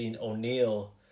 O'Neill